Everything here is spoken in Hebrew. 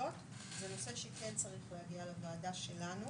הסמכויות זה נושא שכן צריך להגיע לוועדה שלנו,